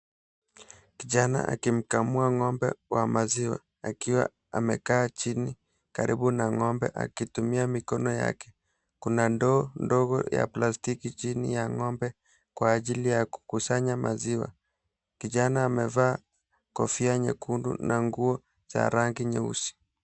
Kijana akimkamua ng'ombe wa maziwa akiwa amekaa chini karibu na ng'ombe akitumia mikono yake, kuna ndoo dogo ya plastiki chini ya ng'ombe kwa ajili ya kusanya maziwa, kijana amevaa kofia nyekundu na nguo za rangi nyeusi.